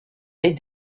est